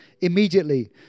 immediately